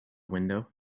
window